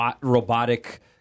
robotic